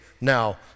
Now